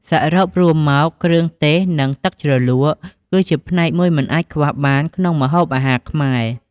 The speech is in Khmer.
សរុបរួមមកគ្រឿងទេស និងទឹកជ្រលក់ គឺជាផ្នែកមួយមិនអាចខ្វះបានក្នុងម្ហូបអាហារខ្មែរ។